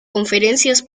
conferencias